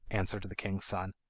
answered the king's son,